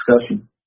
discussion